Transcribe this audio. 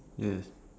yes